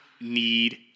need